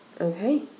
Okay